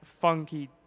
Funky